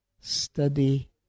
study